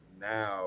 now